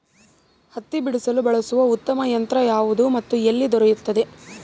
ಹತ್ತಿ ಬಿಡಿಸಲು ಬಳಸುವ ಉತ್ತಮ ಯಂತ್ರ ಯಾವುದು ಮತ್ತು ಎಲ್ಲಿ ದೊರೆಯುತ್ತದೆ?